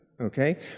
okay